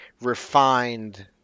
refined